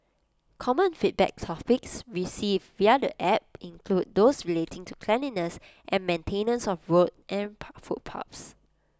common feedback topics received via the app include those relating to cleanliness and maintenance of roads and footpaths